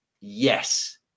yes